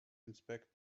inspect